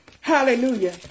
hallelujah